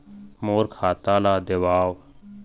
मोर खाता ला देवाव?